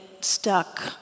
stuck